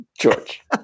George